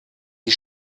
die